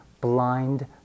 blind